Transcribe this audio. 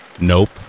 Nope